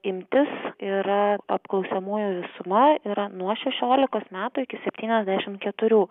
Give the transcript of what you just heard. imtis yra apklausiamųjų visuma yra nuo šešiolikos metų iki septyniasdešimt keturių